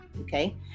Okay